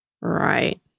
Right